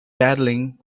battling